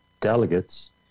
delegates